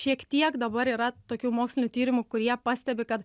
šiek tiek dabar yra tokių mokslinių tyrimų kurie pastebi kad